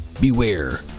beware